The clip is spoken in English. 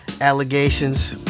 allegations